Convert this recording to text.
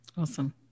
Awesome